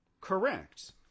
correct